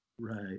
Right